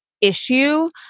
issue